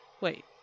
wait